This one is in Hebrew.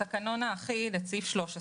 בתקנון האחיד יש את סעיף 13 לתקנון,